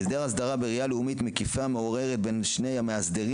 העדר הסדרה בראייה לאומית מקיפה מעורערת בין שני המאסדרים